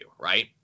right